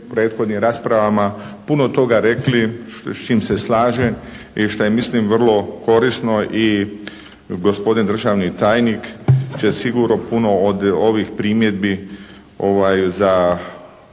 prethodnim raspravama puno toga rekli s čim se slažem i šta je mislim vrlo korisno. I gospodin državni tajnik će sigurno puno od ovih primjedbi za,